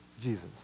Jesus